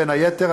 בין היתר,